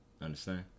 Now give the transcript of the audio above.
Understand